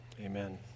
amen